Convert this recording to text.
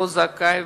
לא זכאי,